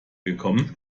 gekommen